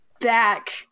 back